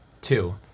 Two